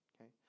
okay